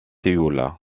séoul